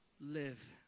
live